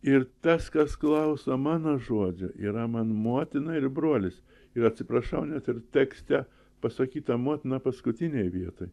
ir tas kas klauso mano žodžio yra man motina ir brolis ir atsiprašau net ir tekste pasakyta motina paskutinėj vietoj